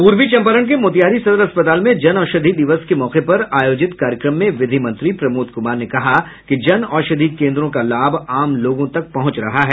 पूर्वी चंपारण के मोतिहारी सदर अस्पताल में जन औषधि दिवस के मौके पर आयोजित कार्यक्रम में विधि मंत्री प्रमोद कुमार ने कहा कि जन औषधि केन्द्रों का लाभ आम लोगों तक पहुंच रहा है